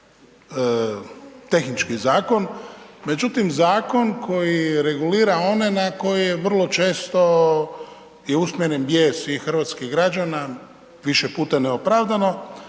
tehnički zakon. Međutim, zakon koji regulira one na koje je vrlo često i usmjeren bijes i hrvatskih građana, više puta neopravdano,